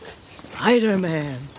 Spider-Man